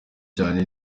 cyane